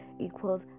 equals